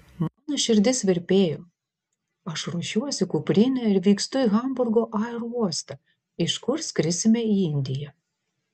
mano širdis virpėjo aš ruošiuosi kuprinę ir vykstu į hamburgo aerouostą iš kur skrisime į indiją